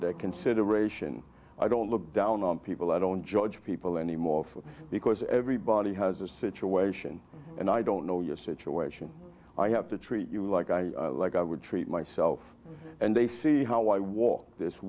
the consideration i don't look down on people i don't judge people anymore because everybody has a situation and i don't know your situation i have to treat you like i like i would treat myself and they see how i walk